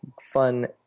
fun